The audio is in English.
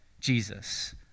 Jesus